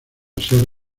ser